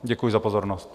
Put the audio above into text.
Děkuji za pozornost.